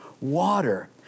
water